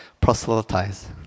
proselytize